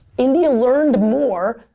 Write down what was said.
india learned more,